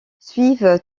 suivent